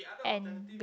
and